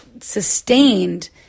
sustained